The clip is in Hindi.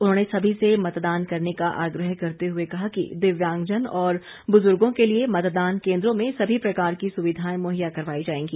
उन्होंने सभी से मतदान करने का आग्रह करते हुए कहा कि दिव्यांगजन और बुजुर्गो के लिए मतदान केंद्रों में सभी प्रकार की सुविधाएं मुहैया करवाई जाएगी